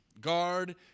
Guard